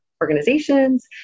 organizations